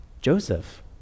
Joseph